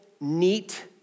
neat